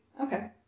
okay